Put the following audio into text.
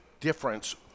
difference